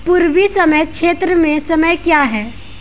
पूर्वी समय क्षेत्र में समय क्या है